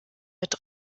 mit